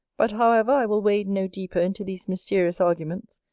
but, however, i will wade no deeper into these mysterious arguments,